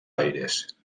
aires